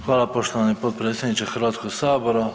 Hvala, poštovani potpredsjedniče Hrvatskog sabora.